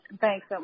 thanks